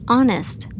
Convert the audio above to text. Honest